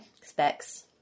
specs